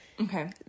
Okay